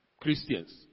Christians